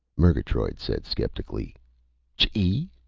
murgatroyd said skeptically chee?